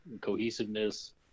cohesiveness